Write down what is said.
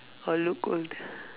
or look old